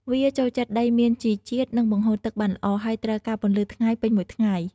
វាចូលចិត្តដីមានជីជាតិ និងបង្ហូរទឹកបានល្អ ហើយត្រូវការពន្លឺថ្ងៃពេញមួយថ្ងៃ។